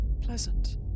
pleasant